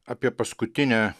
apie paskutinę